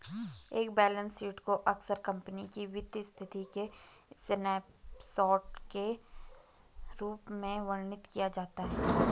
एक balance sheet को अक्सर कंपनी की वित्तीय स्थिति के स्नैपशॉट के रूप में वर्णित किया जाता है